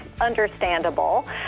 understandable